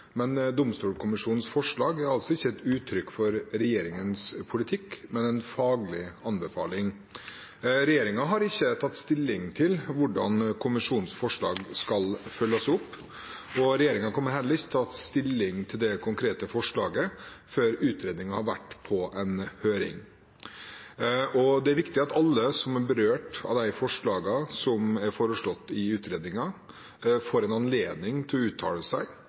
Domstolkommisjonens forslag er altså ikke et uttrykk for regjeringens politikk, men en faglig anbefaling. Regjeringen har ikke tatt stilling til hvordan kommisjonens forslag skal følges opp, og regjeringen kommer heller ikke til å ta stilling til det konkrete forslaget før utredningen har vært på en høring. Det er viktig at alle som er berørt av de forslagene som er foreslått i utredningen, får en anledning til å uttale seg.